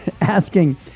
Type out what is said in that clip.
asking